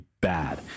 Bad